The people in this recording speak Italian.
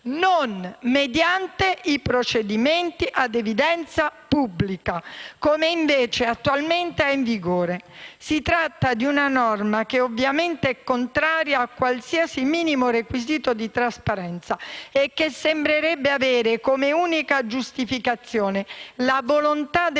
non mediante i procedimenti ad evidenza pubblica, come invece attualmente è in vigore. Si tratta di una norma che ovviamente è contraria a qualsiasi minimo requisito di trasparenza e che sembrerebbe avere come unica giustificazione la volontà del